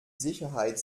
sicherheit